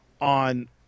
on